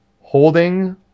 holding